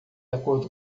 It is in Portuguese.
acordo